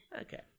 Okay